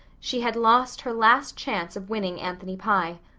she had lost her last chance of winning anthony pye.